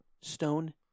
Stone